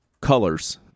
colors